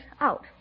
out